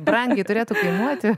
brangiai turėtų kainuoti